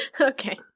Okay